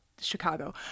Chicago